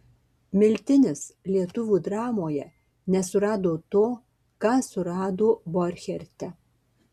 miltinis lietuvių dramoje nesurado to ką surado borcherte